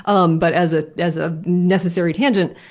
um but as ah as ah necessary tangent,